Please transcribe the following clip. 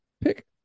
Pick